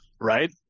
right